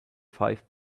five